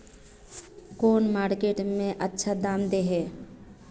कौन मार्केट में अच्छा दाम दे है?